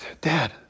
Dad